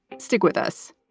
stick with us.